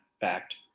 fact